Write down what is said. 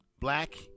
black